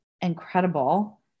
incredible